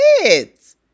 kids